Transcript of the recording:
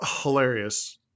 hilarious